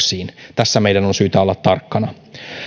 tässä meidän on syytä olla tarkkana